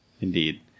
Indeed